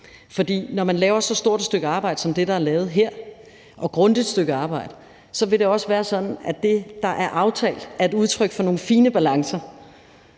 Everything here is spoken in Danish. for når man laver et så stort og grundigt stykke arbejde som det, der er lavet her, vil det også være sådan, at det, der er aftalt, er et udtryk for nogle fine balancer.